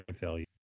value